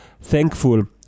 thankful